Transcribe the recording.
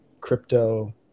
crypto